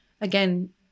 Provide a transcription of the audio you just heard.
again